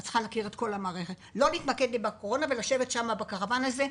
את צריכה להכיר את כל המערכת ולא להתמקד בקורונה ולשבת שם בקרוון הזה,